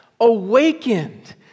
awakened